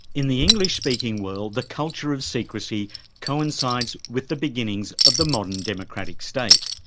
in the english speaking world the culture of secrecy coincides with the beginnings of the modern democratic state.